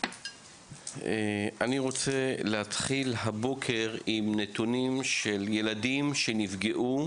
הבוקר אני רוצה להתחיל עם הנתונים על ילדים שנפגעו